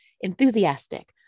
enthusiastic